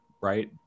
right